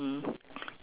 mm